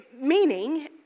meaning